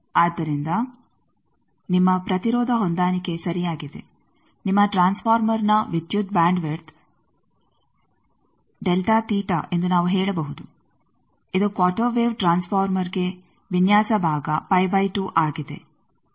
ಆದ್ದರಿಂದ ನಿಮ್ಮ ಪ್ರತಿರೋಧ ಹೊಂದಾಣಿಕೆ ಸರಿಯಾಗಿದೆ ನಿಮ್ಮ ಟ್ರಾನ್ಸ್ ಫಾರ್ಮರ್ನ ವಿದ್ಯುತ್ ಬ್ಯಾಂಡ್ ವಿಡ್ತ್ ಎಂದು ನಾವು ಹೇಳಬಹುದು ಇದು ಕ್ವಾರ್ಟರ್ ವೇವ್ ಟ್ರಾನ್ಸ್ ಫಾರ್ಮರ್ಗೆ ವಿನ್ಯಾಸ ಭಾಗ ಆಗಿದೆ